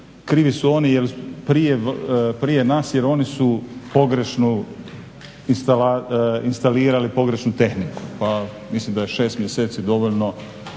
krivi su oni prije nas jer oni su instalirali pogrešnu tehniku, pa mislim daje 6 mjeseci dovoljno,